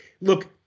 look